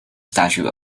statue